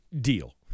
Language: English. Deal